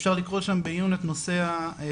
אפשר לקרוא שם בעיון את נושא ההסדרה,